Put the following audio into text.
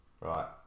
right